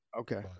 Okay